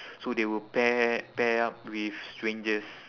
so they will pair pair up with strangers